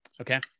Okay